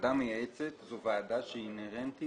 הוועדה המייעצת זו ועדה שהיא אינהרנטית